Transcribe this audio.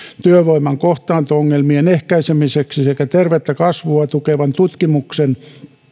työvoiman kohtaanto ongelmien ehkäisemiseksi sekä tervettä kasvua tukevan tutkimuksen